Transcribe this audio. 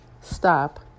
Stop